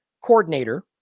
coordinator